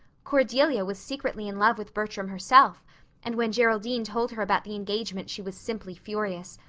cordelia was secretly in love with bertram herself and when geraldine told her about the engagement she was simply furious,